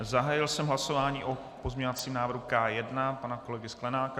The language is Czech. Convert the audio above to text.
Zahájil jsem hlasování o pozměňovacím návrhu K1 pana kolegy Sklenáka.